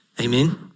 Amen